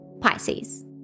Pisces